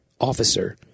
Officer